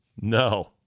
No